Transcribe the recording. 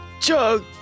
chug